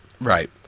Right